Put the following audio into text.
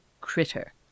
critter